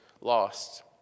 lost